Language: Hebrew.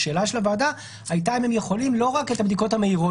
השאלה של הוועדה הייתה אם הם יכולים לא רק את הבדיקות המהירות